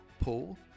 Paul